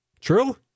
True